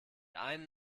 einen